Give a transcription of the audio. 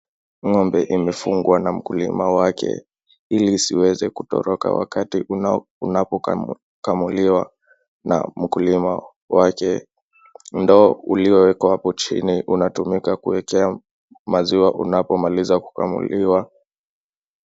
Ng'ombe amefungwa na mkulima wake ili isiweze kutoroka wakati unapokamuliwa na mkulima wake. Ndoa uliowekwa hapo chini unatumika kuwekea maziwa unapomaliza kukamuliwa.